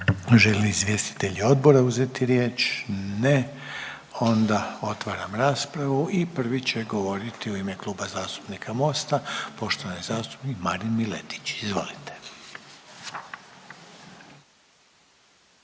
li izvjestitelji odbora uzeti riječ? Ne. Onda otvaram raspravu i prvi će govoriti u ime Kluba zastupnika Mosta poštovani zastupnik Marin Miletić, izvolite.